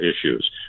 issues